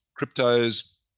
cryptos